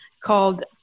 called